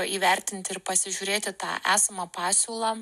įvertinti ir pasižiūrėti tą esamą pasiūlą